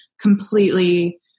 completely